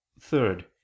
Third